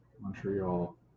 Montreal